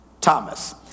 Thomas